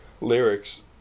lyrics